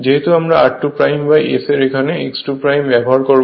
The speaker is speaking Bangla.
যেহেতু আমরা r2 S এর এখানে x2 ব্যবহার করব